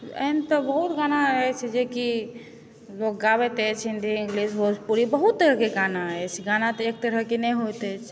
एहन तऽ बहुत गाना अछि जेकि लोक गाबैत अछि हिन्दी इंग्लिश भोजपुरी बहुत तरहकेँ गाना अछि गाना तऽ एक तरहकेँ नहि होइत अछि